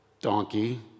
donkey